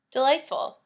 Delightful